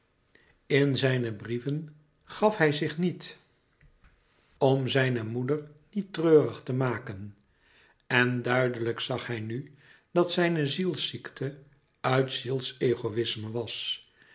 in zijne brieven gaf hij zich niet om zijne moeder niet treurig te maken en duidelijk zag hij nu dat zijne zielsziekte uit zielsegoïsme was